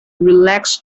relax